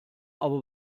aber